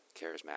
charismatic